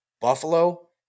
Buffalo